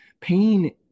pain